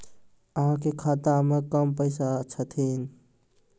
अहाँ के खाता मे कम पैसा छथिन?